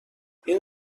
این